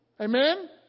Amen